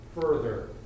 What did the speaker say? further